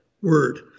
word